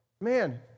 man